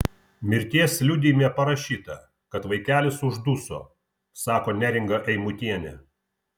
mirties liudijime parašyta kad vaikelis užduso sako neringa eimutienė